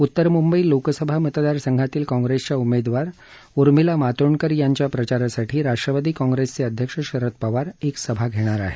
उत्तर मुंबई लोकसभा मतदारसंघातील काँग्रेसच्या उमेदवार उर्मिला मातोंडकर यांच्या प्रचारासाठी राष्ट्रवादी काँग्रेसचे अध्यक्ष शरद पवार एक सभा घेणार आहेत